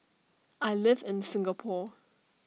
I live in Singapore